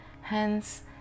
Hence